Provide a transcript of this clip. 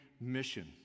mission